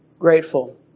Grateful